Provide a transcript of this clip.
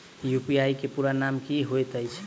UPI केँ पूरा नाम की होइत अछि?